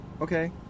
Okay